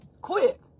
quit